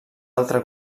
altre